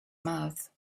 mouth